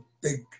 big